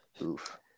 Oof